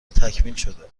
تکمیلشده